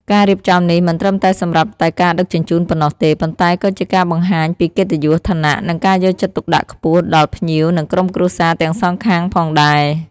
ការរៀបចំនេះមិនត្រឹមតែសម្រាប់តែការដឹកជញ្ជូនប៉ុណ្ណោះទេ ប៉ុន្តែក៏ជាការបង្ហាញពីកិត្តិយស ឋានៈ និងការយកចិត្តទុកដាក់ខ្ពស់ដល់ភ្ញៀវនិងក្រុមគ្រួសារទាំងសងខាងផងដែរ។